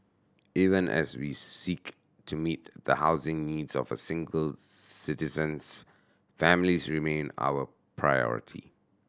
even as we seek to meet the housing needs of a single citizens families remain our priority